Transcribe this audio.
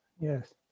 Yes